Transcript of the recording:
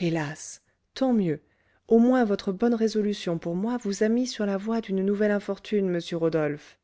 hélas tant mieux au moins votre bonne résolution pour moi vous a mis sur la voie d'une nouvelle infortune monsieur rodolphe